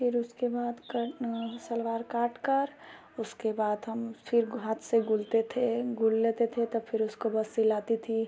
फिर उसके बाद सलवार काट कर उसके बाद हम फिर हाथ से गुलते थे गुल लेते थे तब फिर उसको बस सिलाती थी